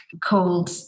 called